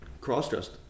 cross-dressed